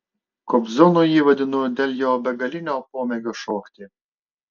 kobzonu jį vadinu dėl jo begalinio pomėgio šokti